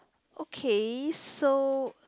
okay so